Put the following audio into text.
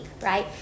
right